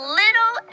little